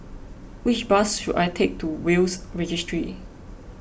which bus should I take to Will's Registry